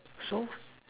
so